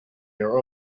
your